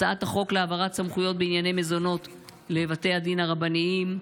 הצעת החוק להעברת סמכויות בענייני מזונות לבתי הדין הרבניים,